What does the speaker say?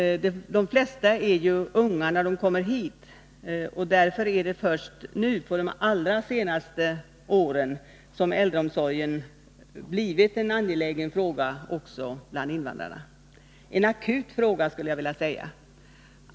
De flesta är unga när de kommer hit, och därför är det först på de allra senaste åren som äldreomsorgen också bland invandrarna har blivit en angelägen fråga — en akut fråga, skulle jag vilja säga.